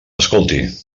escolti